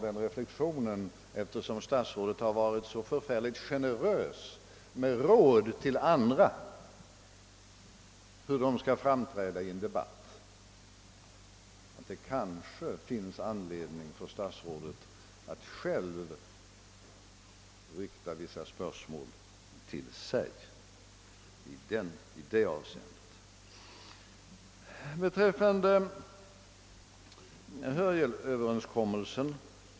Eftersom statsrådet har varit så generös med råd till andra om hur de skall uppträda i en debatt, tillåter jag mig bara den reflexionen, att det kanske finns anledning för statsrådet att rikta vissa spörsmål till sig själv i det avseendet.